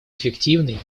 эффективной